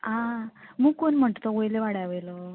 आं मुकून म्हणटा तो वयल्या वाड्या वयलो